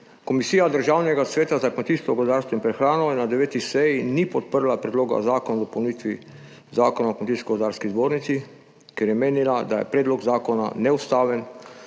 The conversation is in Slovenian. Komisija Državnega sveta za kmetijstvo, gozdarstvo in prehrano na 9. seji ni podprla Predloga zakona o dopolnitvi Zakona o Kmetijsko gozdarski zbornici, ker je menila, da je predlog zakona neustaven,